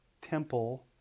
temple